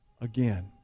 again